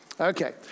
Okay